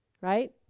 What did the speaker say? right